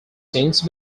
since